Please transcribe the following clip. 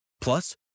Plus